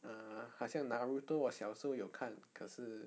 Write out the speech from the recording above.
err 好像 naruto 我小时候有看可是